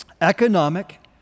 economic